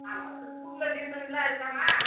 ஆமாம் ஸ்கூல்ல டியூசன்லாம் இருக்காம்மா